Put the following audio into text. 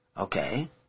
Okay